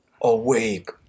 awake